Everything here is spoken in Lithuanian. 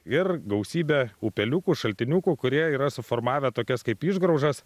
ir gausybė upeliukų šaltiniukų kurie yra suformavę tokias kaip išgraužas